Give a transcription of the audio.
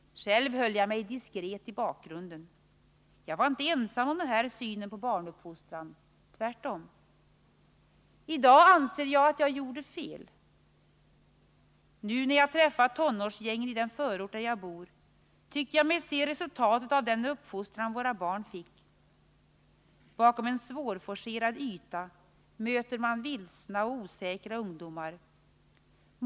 Själv höll jag mig diskret i bakgrunden. Jag var inte ensam om den här synen på barnuppfostran. Tvärtom. Idag anser jag att jag gjorde fel. Nu när jag träffar tonårsgängen i den förort där jag bor, tycker jag mig se resultatet av den uppfostran våra barn fick. Bakom en svårforcerad yta möter man vilsna och osäkra ungdomar.